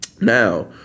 Now